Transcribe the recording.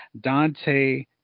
Dante